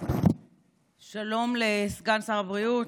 שלום לסגן שר הבריאות,